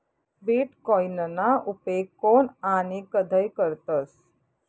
बीटकॉईनना उपेग कोन आणि कधय करतस